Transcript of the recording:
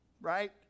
Right